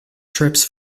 trips